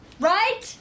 right